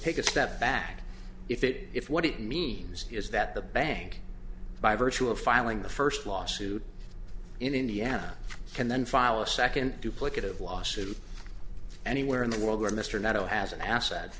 take a step back if it if what it means is that the bank by virtue of filing the first lawsuit in indiana can then file a second duplicate of lawsuit anywhere in the world where mr nettle has an